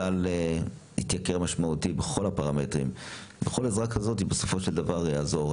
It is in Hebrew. הסל התייקר משמעותית בכל הפרמטרים וכל עזרה כזאת בסופו של דבר תעזור.